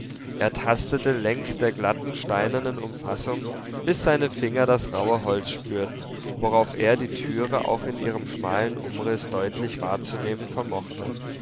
er tastete längs der glatten steinernen umfassung bis seine finger das rauhe holz spürten worauf er die türe auch in ihrem schmalen umriß deutlich wahrzunehmen vermochte